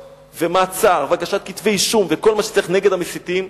ומעצר והגשת כתבי-אישום וכל מה שצריך נגד המסיתים,